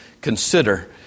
consider